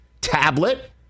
tablet